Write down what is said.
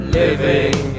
living